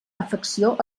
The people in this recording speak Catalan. afecció